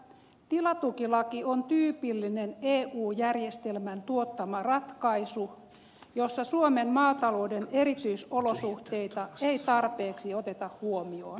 tilatukilaki on tyypillinen eu järjestelmän tuottama ratkaisu jossa suomen maatalouden erityisolosuhteita ei tarpeeksi oteta huomioon